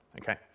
okay